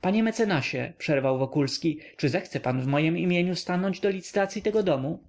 panie mecenasie przerwał wokulski czy zechce pan w mojem imieniu stanąć do licytacyi tego domu